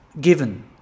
given